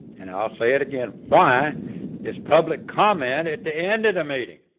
and i'll say it again. why is public comment at the end of the meeting?